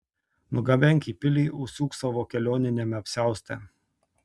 nugabenk į pilį užsiūk savo kelioniniame apsiauste